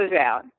out